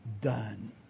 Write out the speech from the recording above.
done